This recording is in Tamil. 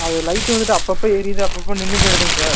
அது லைட் வந்துவிட்டு அப்பப்போ எரியுது அப்பப்போ நின்று போய்டுதுங்க சார்